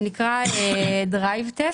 זה נקרא Drive Test,